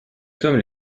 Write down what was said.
sommes